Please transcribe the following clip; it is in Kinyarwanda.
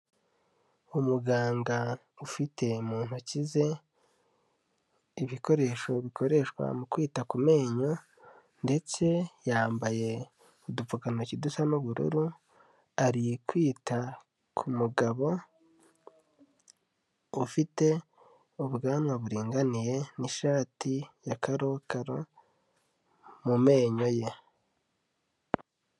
Umuganga ufite mu ntoki ze, ibikoresho bikoreshwa mu kwita ku menyo ndetse yambaye udupfukantoki dusa n'ubururu, ari kwita ku mugabo ufite ubwanwa buringaniye n'ishati ya karokaro mu menyo ye.